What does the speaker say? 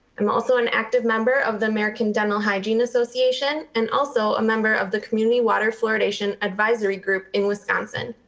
i'm also an active member of the american dental hygiene association and also a member of the community water fluoridation advisory group in wisconsin.